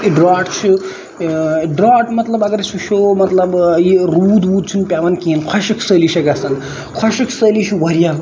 Druitt چھُ drought مطلب اَگر وٕچھَو مطلب یہِ روٗد ووٗد چھُ نہٕ پیوان کیٚنہہ خۄشک سٲلی چھےٚ گژھان خۄشک سٲلی چھےٚ واریاہ